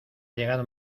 llegado